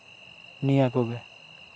ᱱᱤᱭᱟᱹ ᱠᱚᱜᱮ